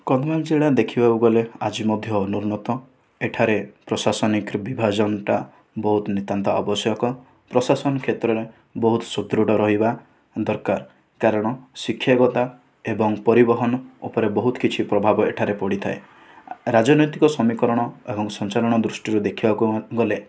କନ୍ଧମାଳ ଜିଲ୍ଲା ଦେଖିବାକୁ ଗଲେ ଆଜି ମଧ୍ୟ ଅନୁର୍ଣ୍ଣତ ଏଠାରେ ପ୍ରଶାସନିକ ବିଭାଜନତା ବହୁତ ନିତ୍ୟାନ୍ତ ଆବଶ୍ୟକ ପ୍ରଶାସନ କ୍ଷେତ୍ରରେ ବହୁତ ସୁଦୃଢ଼ ରହିବା ଦରକାର କାରଣ ଶିକ୍ଷକତା ଏବଂ ପରିବହନ ଉପରେ ବହୁତ କିଛି ପ୍ରଭାବ ଏଠାରେ ପଡ଼ିଥାଏ ରାଜନୈତିକ ସମୀକରଣ ଏବଂ ସଂଚାରଣ ଦୃଷ୍ଟିରୁ ଦେଖିବାକୁ ଗଲେ